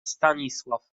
stanisław